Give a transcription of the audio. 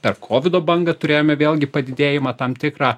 per kovido bangą turėjome vėlgi padidėjimą tam tikrą